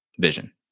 vision